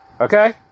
Okay